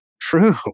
True